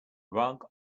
rug